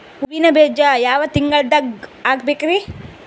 ಹೂವಿನ ಬೀಜ ಯಾವ ತಿಂಗಳ್ದಾಗ್ ಹಾಕ್ಬೇಕರಿ?